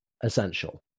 essential